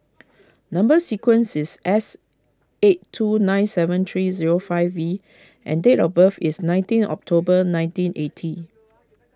Number Sequence is S eight two nine seven three zero five V and date of birth is nineteen October nineteen eighty